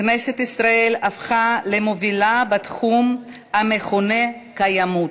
כנסת ישראל הפכה למובילה בתחום המכונה קיימות.